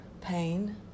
pain